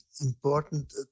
important